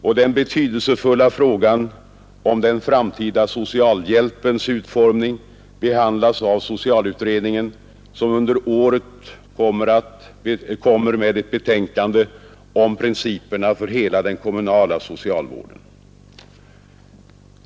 Och den betydelsefulla frågan om den framtida socialhjälpens utformning behandlas av socialutredningen, som under året kommer med ett betänkande om principerna för hela den kommunala socialvården.